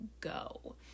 go